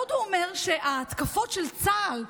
עוד הוא אומר שההתקפות של צה"ל,